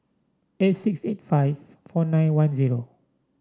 eight six eight five four nine one zero